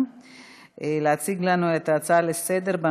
להציג לנו הצעה לסדר-היום מס' 7466,